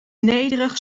nederig